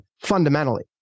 fundamentally